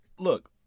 Look